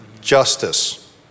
justice